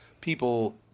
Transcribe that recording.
people